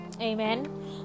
Amen